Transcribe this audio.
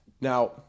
Now